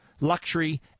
Luxury